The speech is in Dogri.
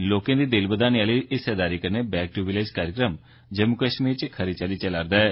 लोकें दी दिल बघाने आह्ली हिस्सेदारी कन्नै 'बैक दू विलेज' कार्यक्रम जम्मू कश्मीर च खरी चाल्ली चला'रदा ऐ